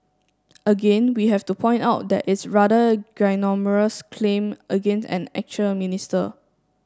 again we have to point out that it's rather ginormous claim against an actual minister